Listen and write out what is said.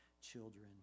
children